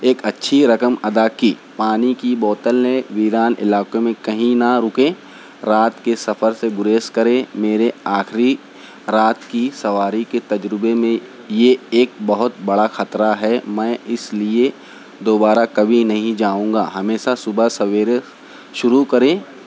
ایک اچھی رقم ادا کی پانی کی بوتل لیں ویران علاقوں میں کہیں نہ رکیں رات کے سفر سے گریز کریں میرے آخری رات کی سواری کے تجربے میں یہ ایک بہت بڑا خطرہ ہے میں اسلئے دوبارہ کبھی نہیں جاؤں گا ہمیشہ صبح سویرے شروع کریں